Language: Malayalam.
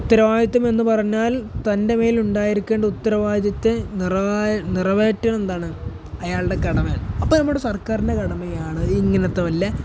ഉത്തരവാദിത്തമെന്ന് പറഞ്ഞാൽ തൻ്റെ മേലുണ്ടായിരിക്കേണ്ട ഉത്തരവാദിത്തം നിറവേറ്റുകയെന്നാല് എന്താണ് അയാളുടെ കടമയാണ് അപ്പോള് നമ്മുടെ സർക്കാരിൻ്റെ കടമയാണ് ഇങ്ങനത്തെ വല്ല